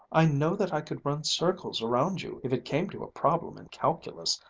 i know that i could run circles around you if it came to a problem in calculus,